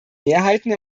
mehrheiten